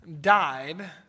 died